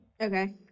Okay